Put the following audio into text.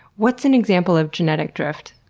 what's an example of genetic drift?